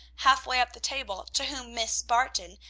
half-way up the table, to whom miss barton,